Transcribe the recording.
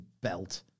belt